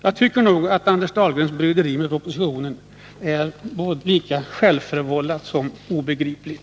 Jag tycker att Anders Dahlgrens bryderi med propositionen är lika självförvållat som obegripligt.